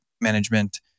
management